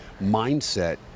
mindset